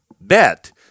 bet –